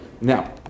Now